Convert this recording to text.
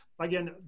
again